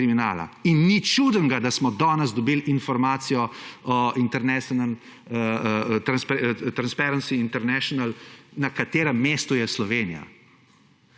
kriminala. In nič čudnega, da smo danes dobili informacijo Transparency International, na katerem mestu je Slovenija.